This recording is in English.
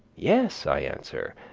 yes, i answer,